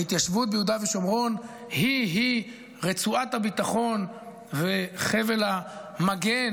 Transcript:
ההתיישבות ביהודה ושומרון היא-היא רצועת הביטחון וחבל המגן,